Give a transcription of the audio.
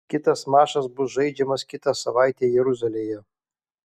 kitas mačas bus žaidžiamas kitą savaitę jeruzalėje